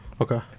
Okay